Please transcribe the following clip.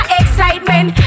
excitement